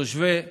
תושבי